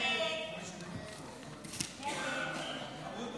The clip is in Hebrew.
הסתייגות